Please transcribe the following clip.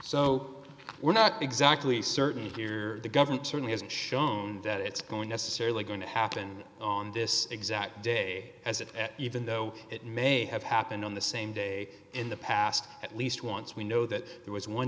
so we're not exactly certain here the government certainly hasn't shown that it's going to certainly going to happen on this exact day as it even though it may have happened on the same day in the past at least once we know that there was one